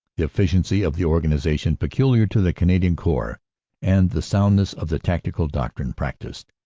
the efficiency of the organization peculiar to the canadian corps and the soundness of the tactical doctrine practised,